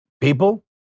people